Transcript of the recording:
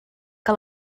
que